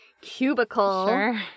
cubicle